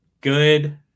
good